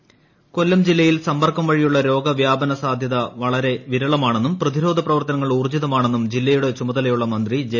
മേഴ്സിക്കുട്ടിയമ്മ കൊല്ലപ് കൊല്ലം ജില്ലയിൽ സമ്പർക്കം വഴിയുള്ള രോഗവ്യാപന സാധൃത വളരെ വിരളമാണെന്നും പ്രതിരോധ പ്രവർത്തനങ്ങൾ ഊർജിതമാണെന്നും ജില്ലയുടെ ചുമതലയുള്ള മന്ത്രി ജെ